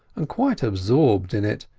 and quite absorbed in it,